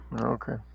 Okay